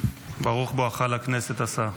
ברוך בואך אל הכנסת, השר.